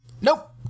Nope